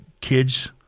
kids